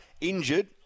injured